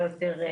אותו.